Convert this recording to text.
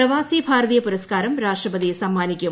പ്രവാസി ഭാരതീയ പുരസ്കാരം രാഷ്ട്രപതി സമ്മാനിക്കും